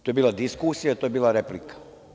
To je bila diskusija, to je bila replika.